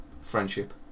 friendship